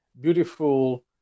beautiful